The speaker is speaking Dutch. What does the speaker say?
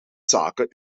zaken